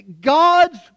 God's